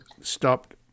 stopped